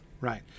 right